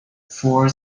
for